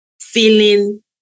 feeling